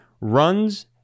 runs